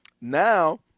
now